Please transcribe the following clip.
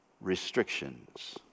restrictions